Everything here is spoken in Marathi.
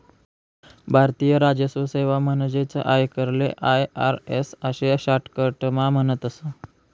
भारतीय राजस्व सेवा म्हणजेच आयकरले आय.आर.एस आशे शाटकटमा म्हणतस